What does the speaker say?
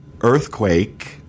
earthquake